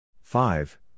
five